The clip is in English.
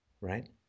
right